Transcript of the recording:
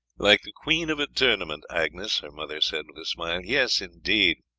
like the queen of a tournament, agnes, her mother said with a smile. yes, indeed,